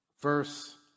verse